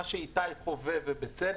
מה שאיתי חווה, ובצדק,